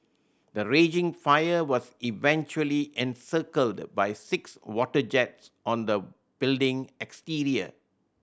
the raging fire was eventually encircled by six water jets on the building exterior